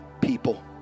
people